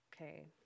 Okay